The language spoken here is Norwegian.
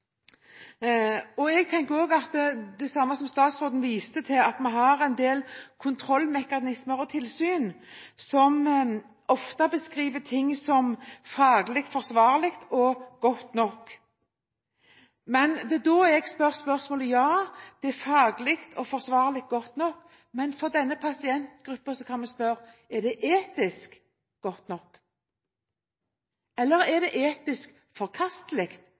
Jeg tenker også det samme som statsråden, at vi har en del kontrollmekanismer og tilsyn, som ofte beskriver ting som faglig forsvarlig og godt nok. Det er da jeg stiller spørsmålet: Ja, det er faglig og forsvarlig godt nok, men for denne pasientgruppen kan vi spørre: Er det etisk godt nok? Eller er det etisk forkastelig